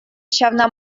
ҫавна